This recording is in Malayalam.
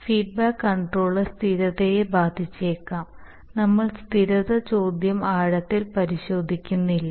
ഫീഡ്ബാക്ക് കണ്ട്രോളർ സ്ഥിരതയെ ബാധിച്ചേക്കാം നമ്മൾ സ്ഥിരത ചോദ്യം ആഴത്തിൽ പരിശോധിക്കുന്നില്ല